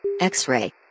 X-ray